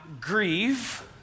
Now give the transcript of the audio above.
grieve